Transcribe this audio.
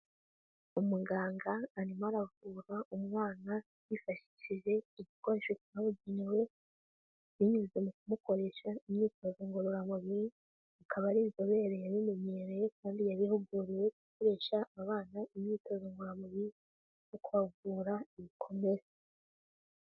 Umuganga arimo aravura umwana yifashishije igikoresho cyabugenewe binyuze mu mu gukoresha imyitozo ngororamubiri, ikaba ari inzobere yabimenyereye kandi yabihuguriwe; gukoresha abana imyitozo ngoramubiri yo kubavura ibikomere.